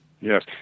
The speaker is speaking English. Yes